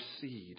seed